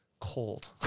Cold